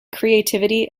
creativity